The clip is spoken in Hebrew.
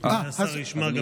אז אדוני השר ישמע,